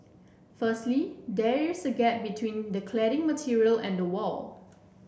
firstly there is a gap between the cladding material and the wall